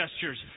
gestures